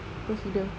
consider